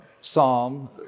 Psalm